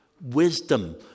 wisdom